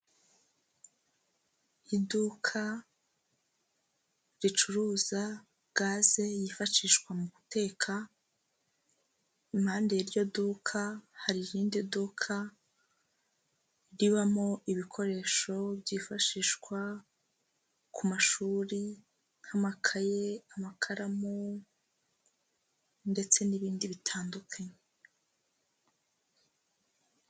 Iduka ricuruza gaze yifashishwa mu guteka, impande y'iryo duka hari irindi duka, ribamo ibikoresho byifashishwa ku mashuri, nk'amakaye, amakaramu ndetse n'ibindi bitandukanye.